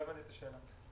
לא הבנתי את השאלה.